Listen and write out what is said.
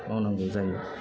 मावनांगौ जायो